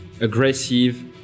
aggressive